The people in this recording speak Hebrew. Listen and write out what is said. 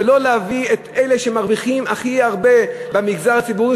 ולא להביא את אלה שמרוויחים הכי הרבה במגזר הציבורי,